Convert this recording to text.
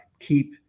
keep